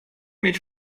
mieć